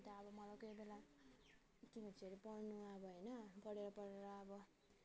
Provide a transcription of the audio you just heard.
अन्त अब मलाई कोही बेला के भन्छ पढ्नु अब होइन पढेर पढेर अब